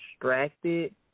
distracted